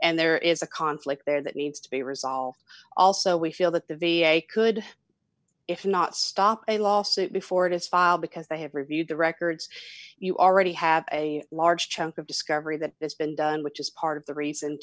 and there is a conflict there that needs to be resolved also we feel that the v a could if not stop a lawsuit before it is filed because they have reviewed the records you already have a large chunk of discovery that this been done which is part of the reason